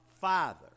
Father